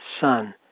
Son